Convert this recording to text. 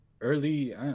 early –